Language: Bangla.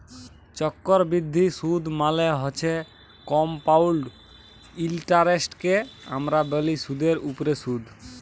চক্করবিদ্ধি সুদ মালে হছে কমপাউল্ড ইলটারেস্টকে আমরা ব্যলি সুদের উপরে সুদ